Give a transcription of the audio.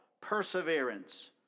perseverance